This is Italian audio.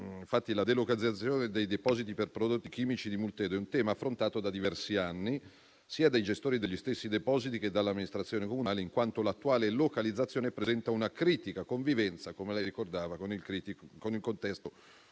La delocalizzazione dei depositi per prodotti chimici di Multedo è infatti un tema affrontato da diversi anni, sia dai gestori degli stessi depositi che dall'amministrazione comunale, in quanto l'attuale localizzazione presenta una critica convivenza, come ricordato, con il contesto